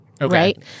Right